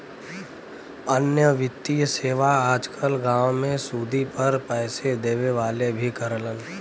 अन्य वित्तीय सेवा आज कल गांव में सुदी पर पैसे देवे वाले भी करलन